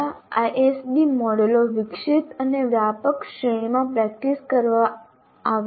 ઘણા ISD મોડેલો વિકસિત અને વ્યાપક શ્રેણીમાં પ્રેક્ટિસ કરવામાં આવે છે